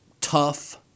tough